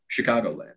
chicagoland